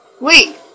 Wait